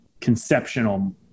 conceptual